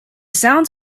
sounds